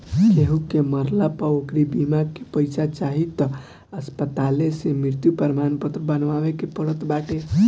केहू के मरला पअ ओकरी बीमा के पईसा चाही तअ अस्पताले से मृत्यु प्रमाणपत्र बनवावे के पड़त बाटे